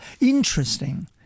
interesting